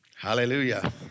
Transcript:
Hallelujah